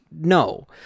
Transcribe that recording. No